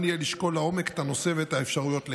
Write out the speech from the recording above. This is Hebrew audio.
יהיה לשקול לעומק את הנושא ואת האפשרויות לגביו.